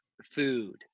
Food